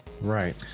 Right